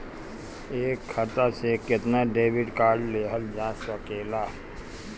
एक खाता से केतना डेबिट कार्ड लेहल जा सकेला?